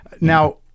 Now